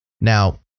Now